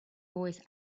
voice